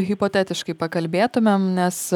hipotetiškai pakalbėtumėm nes